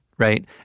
right